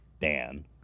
Dan